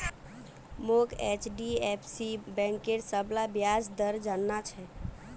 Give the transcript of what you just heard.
मोक एचडीएफसी बैंकेर सबला ब्याज दर जानना छ